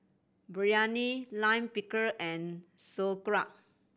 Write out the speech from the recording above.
Biryani Lime Pickle and Sauerkraut